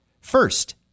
First